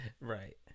Right